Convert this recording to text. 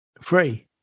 free